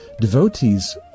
Devotees